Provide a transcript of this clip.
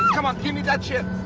come on, give me that shit.